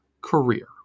career